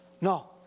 No